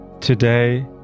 Today